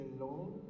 alone